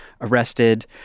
arrested